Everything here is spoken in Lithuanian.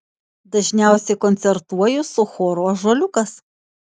dažniausiai koncertuoju su choru ąžuoliukas